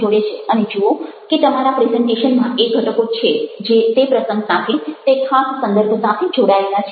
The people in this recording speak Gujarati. અને જુઓ કે તમારા પ્રેઝન્ટેશનમાં એ ઘટકો છે જે તે પ્રસંગ સાથે તે ખાસ સંદર્ભ સાથે જોડાયેલા છે